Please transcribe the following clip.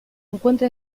encuentra